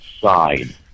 Side